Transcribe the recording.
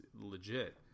legit